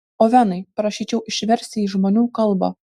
ovenai prašyčiau išversti į žmonių kalbą